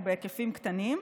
הוא בהיקפים קטנים.